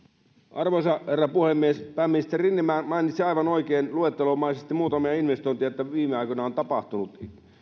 arvoisa herra puhemies pääministeri rinne mainitsi aivan oikein luettelomaisesti muutamia investointeja joita viime aikoina on tapahtunut